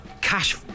Cash